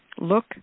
look